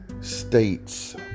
states